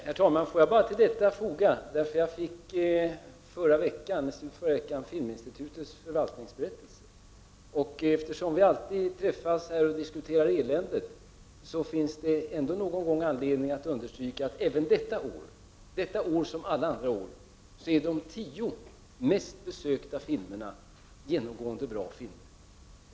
Herr talman! Jag fick i förra veckan Filminstitutets förvaltningsberättelse. När vi träffas här diskuterar vi alltid elände, och då finns det anledning att understryka att detta år, som alla andra år, är de tio mest besökta filmerna genomgående bra filmer.